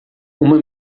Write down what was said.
uma